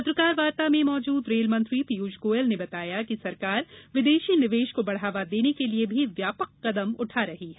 पत्रकार वार्ता में मौजूद रेल मंत्री पीयूष गोयल ने बताया कि सरकार विदेशी निवेश को बढ़ाने के लिये भी व्यापक कदम उठा रही है